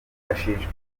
imashini